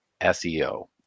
SEO